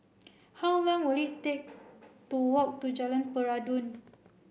how long will it take to walk to Jalan Peradun